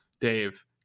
Dave